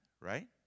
Right